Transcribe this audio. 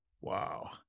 wow